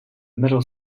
middle